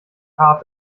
hart